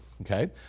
Okay